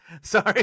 Sorry